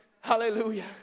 Hallelujah